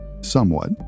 somewhat